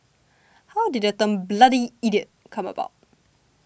how did the term bloody idiot come about